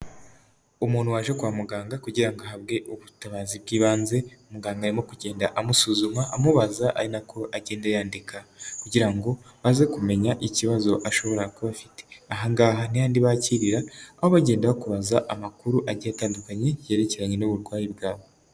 Umuntu waje kwa muganga kugira ngo ahabwe ubutabazi bw'ibanze, muganga arimo kugenda amusuzuma amubaza ari nako agenda yandika, kugira ngo, aze kumenya ikibazo ashobora kuba afite, ahangaha ni hahandi bakirira, aho bagenda bakubaza amakuru agiye atandukanye yerekeranye n'uburwayi bwawe.